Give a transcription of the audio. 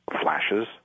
Flashes